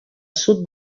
sud